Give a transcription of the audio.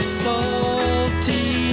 salty